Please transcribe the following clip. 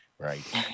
Right